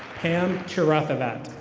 ham cherofalot.